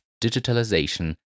digitalization